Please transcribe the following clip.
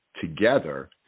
together